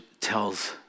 tells